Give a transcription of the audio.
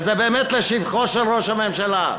וזה באמת לשבחו של ראש הממשלה,